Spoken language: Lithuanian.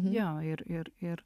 jo ir ir ir